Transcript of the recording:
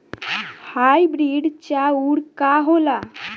Hybrid चाउर का होला?